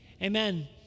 Amen